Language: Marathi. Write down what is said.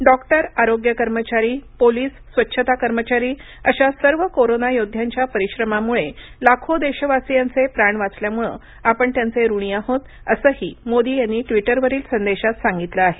डॉक्टर आरोग्य कर्मचारी पोलिसस्वच्छता कर्मचारी अशा सर्व कोरोना योध्याच्या परिश्रमामुळे लाखो देशवासियांचे प्राण वाचल्यामूळ आपण त्यांचे ऋणी आहोत असंही मोदी यांनी ट्विटरवरील संदेशात सांगितलं आहे